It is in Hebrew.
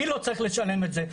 אני לא צריך לשלם את זה.